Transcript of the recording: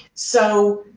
so,